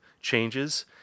Changes